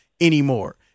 anymore